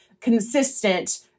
consistent